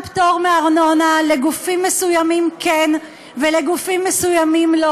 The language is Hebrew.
פטור מארנונה לגופים מסוימים כן ולגופים מסוימים לא.